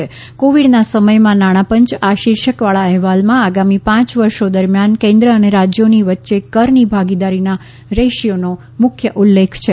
કોવિડના સમયમાં નાણાપંચ આ શિર્ષકવાળા અહેવાલમાં આગામી પાંચ વર્ષો દરમ્યાન કેન્દ્ર અને રાજયોની વચ્ચે કરની ભાગીદારીના રેશિયોનો ઉલ્લેખ છે